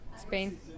Spain